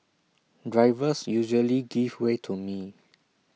drivers usually give way to me